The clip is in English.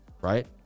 right